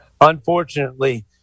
Unfortunately